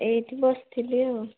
ଏଇଠି ବସିଥିଲି ଆଉ